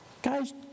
Guys